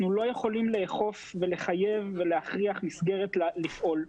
אנחנו לא יכולים לאכוף ולחייב ולהכריח מסגרת לפעול.